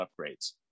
upgrades